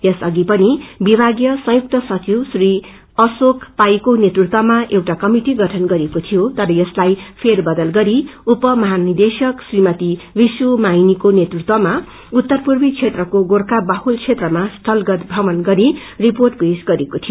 यस अघि पनि विभागीय संयुक्त सचिव श्री अशोक पाई को नेतृत्वमा एउटा क्रमिटि गठन गरिएको थियो तर यसलाई फेर बदल गरि उप महा निदेशक श्रीमती विश्व भाइनीको नेतृत्वमा उत्तर पूर्वी क्षेत्रको गोर्खा बाहुल क्षेत्रमा स्थलगत प्रमण गरि रिपोट पेशा गरिएको थियो